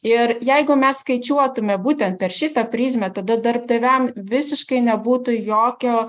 ir jeigu mes skaičiuotume būtent per šitą prizmę tada darbdaviam visiškai nebūtų jokio